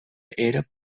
era